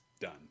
done